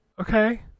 Okay